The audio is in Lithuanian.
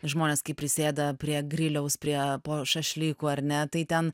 žmonės kai prisėda prie griliaus prie po šašlykų ar ne tai ten